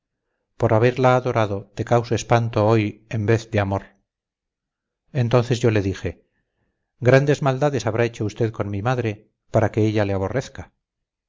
por haberla adorado te causo espanto hoy en vez de amor entonces yo le dije grandes maldades habrá hecho usted con mi madre para que ella le aborrezca